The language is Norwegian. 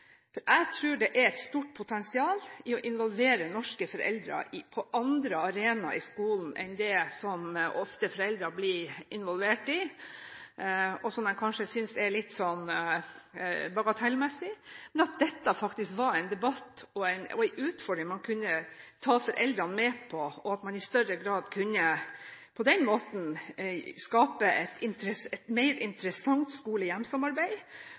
Jeg tror det er et stort potensial i å involvere norske foreldre på andre arenaer i skolen enn det som ofte foreldre blir involvert i, og som man kanskje synes er litt bagatellmessig. Dette er faktisk en debatt og en utfordring man kunne ta foreldrene med på, for på den måten i større grad å kunne